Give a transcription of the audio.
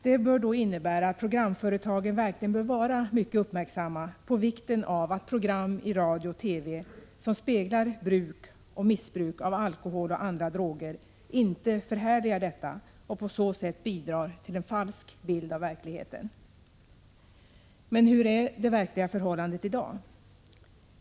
Detta bör då innebära att programföretagen verkligen bör vara mycket medvetna om vikten av att program i radio och TV, som speglar bruk och missbruk av alkohol och andra droger inte förhärligar detta och på så sätt bidrar till en falsk bild av verkligheten. Men hur är det verkliga förhållandet i dag?